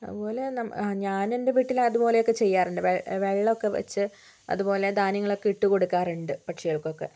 അത്പോലെ ഞാൻ എൻ്റെ വീട്ടിൽ അത്പോലെ ഒക്കെ ചെയ്യാറുണ്ട് വെള്ളം ഒക്കെ വെച്ച് അത്പോലെ ധാന്യങ്ങൾ ഒക്കെ ഇട്ട് കൊടുക്കാറുണ്ട് പക്ഷികൾക്ക് ഒക്കെ